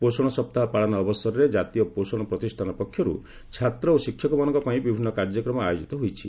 ପୋଷଣ ସପ୍ତାହ ପାଳନ ଅବସରରେ କାତୀୟ ପୋଷଣ ପ୍ରତିଷ୍ଠାନ ପକ୍ଷରୁ ଛାତ୍ର ଓ ଶିକ୍ଷକମାନଙ୍କ ପାଇଁ ବିଭିନ୍ନ କାର୍ଯ୍ୟକ୍ରମ ଆୟୋଜିତ ହୋଇଛି